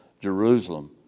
Jerusalem